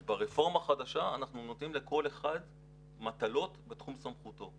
אז ברפורמה החדשה אנחנו נותנים לכל אחד מטלות בתחום סמכותו.